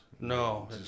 No